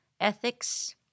ethics